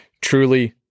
truly